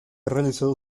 realizado